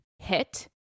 hit